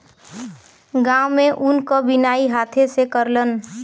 गांव में ऊन क बिनाई हाथे से करलन